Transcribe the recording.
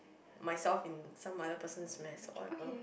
myself into some other person's mess or whatever